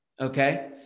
Okay